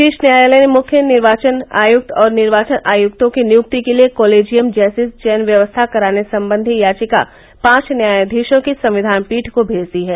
शीर्ष न्यायालय ने मुख्य निर्वाचन आयुक्त और निर्वाचन आयुक्तों की नियुक्ति के लिए कोलिजियम जैसी चयन व्यवस्था कराने संबंधी याचिका पांच न्यायाधीशों की संविधान पीठ को भेज दी है